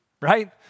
right